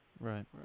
Right